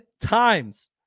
times